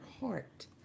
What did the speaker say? heart